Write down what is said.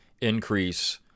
increase